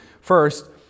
First